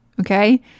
Okay